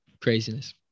craziness